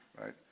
right